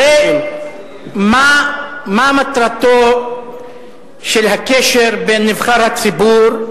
הרי מה מטרתו של הקשר בין נבחר הציבור,